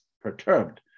perturbed